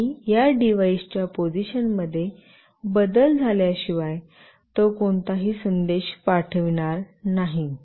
आणि या डिव्हाइसच्या पोझिशनमध्ये बदल झाल्याशिवाय तो कोणताही संदेश पाठविणार नाही